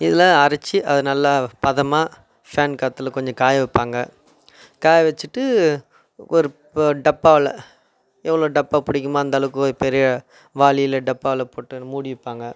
இதெலாம் அரைச்சி அதை நல்லா பதமாக ஃபேன் காத்தில் கொஞ்சம் காய வைப்பாங்க காய வச்சிட்டு ஒரு டப்பாவில் எவ்வளோ டப்பா பிடிக்குமோ அந்த அளவுக்கு ஒரு பெரிய வாளியில டப்பாவில போட்டு மூடி வைப்பாங்க